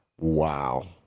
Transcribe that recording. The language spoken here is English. Wow